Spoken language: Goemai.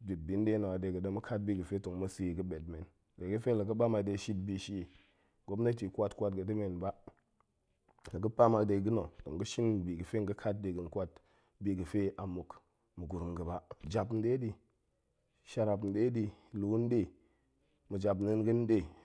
dip bi nɗe na̱ a de ga̱ fe ɗe ma̱ kaat bi ga̱fe tong ma̱ sa̱e ga̱ pue men, nie ga̱fe la ga̱ ɓam a de shit bi shie, gopnati kwat kwat ga̱ɗemen ba, laga̱ ɓam a de ga̱na̱ tong ga̱ shin bi ga̱fe ga̱ kat ɗe ga̱n kwat biga̱fe a muk mugurum ga̱ ba, jap nɗe ɗi, sharap nɗe ɗi, luu nɗe, ma̱japneen ga̱ nɗe